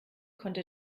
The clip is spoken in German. konnte